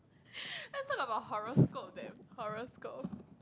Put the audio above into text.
let's talk about horoscope that horoscope